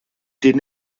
den